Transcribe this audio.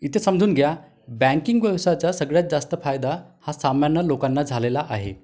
इथे समजून घ्या बँकिंग व्यवसायाचा सगळ्यात जास्त फायदा हा सामान्य लोकांना झालेला आहे